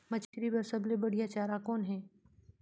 मछरी बर सबले बढ़िया चारा कौन हे?